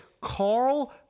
Carl